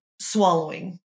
swallowing